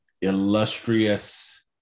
illustrious